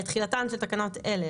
תחילה 16. תחילתן של תקנות אלה,